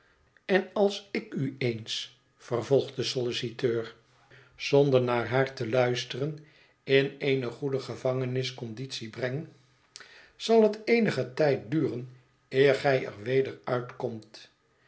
en als ik u eens vervolgt de solliciteur zonder naar haar te luisteren in eene goede gevangenis conditie breng zal het eenigen tijd duren eer gij er weder uitkomt